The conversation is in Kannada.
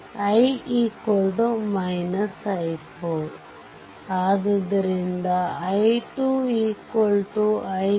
I i4 ಆದ್ದರಿಂದ i2i3 3i4